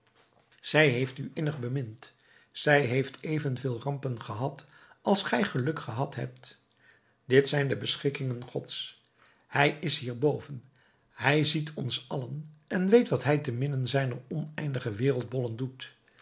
zij heeft u innig bemind zij heeft evenveel rampen gehad als gij geluk gehad hebt dit zijn de beschikkingen gods hij is hierboven hij ziet ons allen en weet wat hij temidden zijner oneindige wereldbollen doet